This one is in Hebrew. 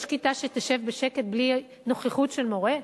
יש כיתה שתשב בשקט בלי נוכחות של מורה?